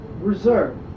reserve